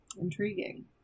intriguing